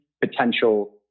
potential